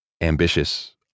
Ambitious